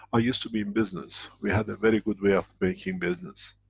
i used to be in business, we had a very good way of making business.